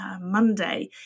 Monday